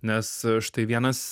nes štai vienas